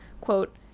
quote